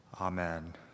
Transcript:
Amen